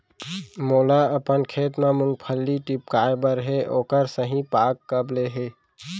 मोला अपन खेत म मूंगफली टिपकाय बर हे ओखर सही पाग कब ले हे?